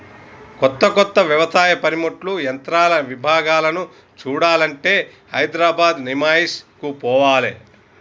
కొత్త కొత్త వ్యవసాయ పనిముట్లు యంత్రాల విభాగాలను చూడాలంటే హైదరాబాద్ నిమాయిష్ కు పోవాలే